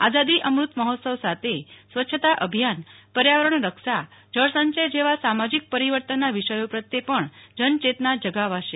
આઝાદી અમૃત મહોત્સવ સાથે સ્વસ્છતા અભિયાન પર્યાવરણ રક્ષા જળ સંચય જેવા સામાજિક પરિવર્તનના વિષયો પ્રત્યે પણ જનયેતના જગાવાશે